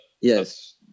Yes